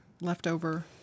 leftover